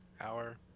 Hour